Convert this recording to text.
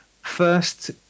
first